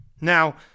Now